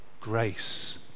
grace